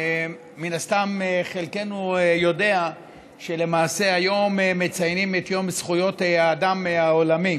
מן הסתם חלקנו יודעים שלמעשה היום מציינים את יום זכויות האדם העולמי.